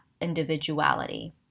individuality